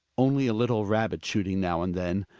only a little rabbit shooting now and again.